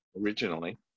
originally